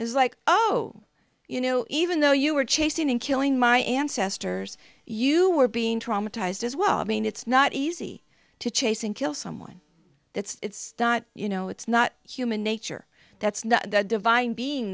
is like oh you know even though you were chasing and killing my ancestors you were being traumatized as well i mean it's not easy to chase and kill someone it's not you know it's not human nature that's not the divine being